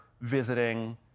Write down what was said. visiting